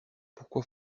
pourquoi